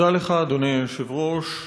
תודה לך, אדוני היושב-ראש.